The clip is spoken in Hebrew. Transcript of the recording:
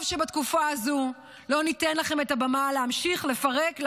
טוב שבתקופה הזאת לא ניתן לכם את הבמה להמשיך לפרק,